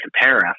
compare